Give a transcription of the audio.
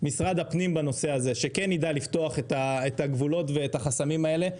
משרד הפנים בנושא הזה שכן יידע לפתוח את הגבולות ואת החסמים האלה.